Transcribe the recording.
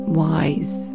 wise